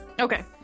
Okay